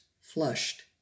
flushed